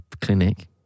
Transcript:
clinic